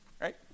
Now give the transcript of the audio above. Right